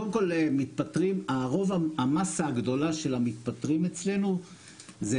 קודם כל, המסה הגדולה של המתפטרים אצלנו זה